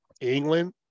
england